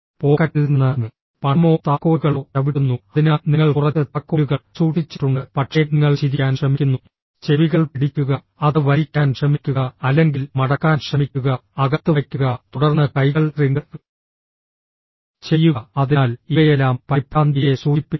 പോക്കറ്റിൽ നിന്ന് പണമോ താക്കോലുകളോ ചവിട്ടുന്നു അതിനാൽ നിങ്ങൾ കുറച്ച് താക്കോലുകൾ സൂക്ഷിച്ചിട്ടുണ്ട് പക്ഷേ നിങ്ങൾ ചിരിക്കാൻ ശ്രമിക്കുന്നു ചെവികൾ പിടിക്കുക അത് വലിക്കാൻ ശ്രമിക്കുക അല്ലെങ്കിൽ മടക്കാൻ ശ്രമിക്കുക അകത്ത് വയ്ക്കുക തുടർന്ന് കൈകൾ റിംഗ് ചെയ്യുക അതിനാൽ ഇവയെല്ലാം പരിഭ്രാന്തിയെ സൂചിപ്പിക്കുന്നു